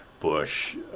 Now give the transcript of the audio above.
Bush